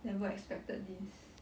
never expected this